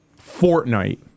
Fortnite